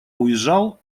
уезжал